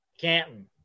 canton